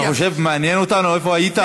אתה חושב שמעניין אותנו איפה היית?